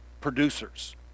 producers